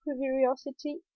curiosity